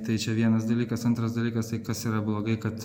tai čia vienas dalykas antras dalykas tai kas yra blogai kad